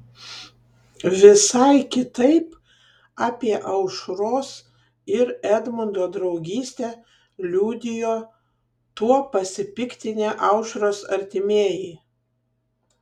visai kitaip apie aušros ir edmundo draugystę liudijo tuo pasipiktinę aušros artimieji